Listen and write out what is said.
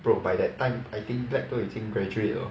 bro by that time I think black 都已经 graduate 了